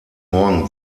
morgen